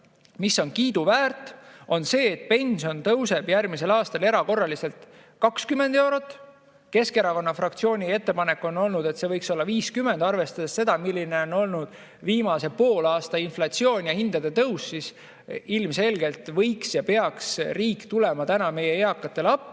mis on kiiduväärt, on see, et pension tõuseb järgmisel aastal erakorraliselt 20 eurot. Keskerakonna fraktsiooni ettepanek on olnud, et see võiks olla 50. Arvestades seda, milline on olnud viimase poolaasta inflatsioon ja hindade tõus, siis ilmselgelt võiks ja peaks riik tulema täna meie eakatele appi.